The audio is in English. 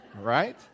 Right